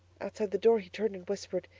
outside the door he turned and whispered,